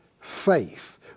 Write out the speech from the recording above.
faith